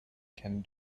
can